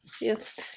Yes